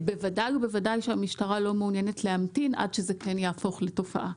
בוודאי ובוודאי שהמשטרה לא מעוניינת להמתין עד שזה כן יהפוך לתופעה.